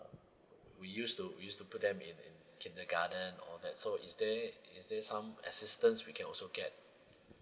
we used to we used to put them in in kindergarten or that so is there is there some assistance we can also get